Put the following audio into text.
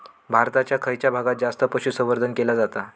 भारताच्या खयच्या भागात जास्त पशुसंवर्धन केला जाता?